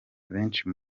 abenshi